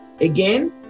again